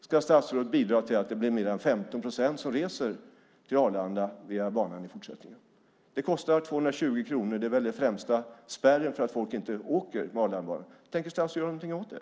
Ska statsrådet bidra till att det blir mer än 15 procent som reser med Arlandabanan i fortsättningen? Det kostar 220 kronor. Det är väl den främsta spärren för att folk inte åker med Arlandabanan. Tänker statsrådet göra något åt det?